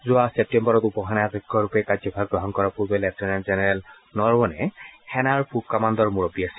যোৱা ছেপ্তেম্বৰত উপ সেনাধ্যক্ষৰূপে কাৰ্যভাৰ গ্ৰহণ কৰাৰ পূৰ্বে লেফটেনেণ্ট জেনেৰেল নৰৱণে সেনাৰ পূব কামাণ্ডৰ মূৰববী আছিল